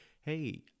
hey